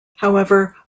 however